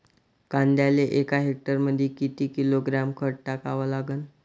कांद्याले एका हेक्टरमंदी किती किलोग्रॅम खत टाकावं लागन?